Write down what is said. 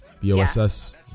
B-O-S-S